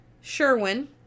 Sherwin